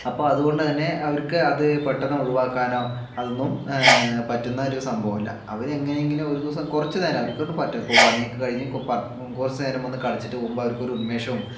അപ്പോൾ അതുകൊണ്ടുതന്നെ അവർക്ക് അത് പെട്ടെന്ന് ഒഴിവാക്കാനോ അതൊന്നും പറ്റുന്ന ഒരു സംഭവമല്ല അവർ എങ്ങനെയെങ്കിലും ഒരു ദിവസം കുറച്ചുനേരം അവർക്ക് പറ്റാവുന്ന ഇപ്പോൾ പണിയൊക്കെ കഴിഞ്ഞ് കുറച്ചുനേരം വന്നു കളിച്ചിട്ട് പോകുമ്പോൾ അവർക്കൊരു ഉന്മേഷവും